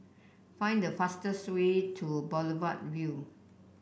find the fastest way to Boulevard Vue